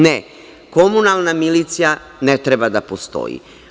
Ne, komunalna milicija ne treba da postoji.